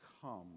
come